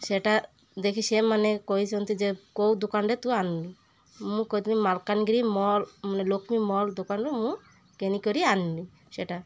ସେଟା ଦେଖି ସେମାନେ କହିଛନ୍ତି ଯେ କେଉଁ ଦୋକାନରେ ତୁ ଆନିଲୁ ମୁଁ କହିଥିଲି ମାଲକାନଗିରି ମଲ୍ ମାନେ ଲକ୍ଷ୍ମୀ ମଲ୍ ଦୋକାନରୁ ମୁଁ କିଣି କରି ଆଣିଲି ସେଟା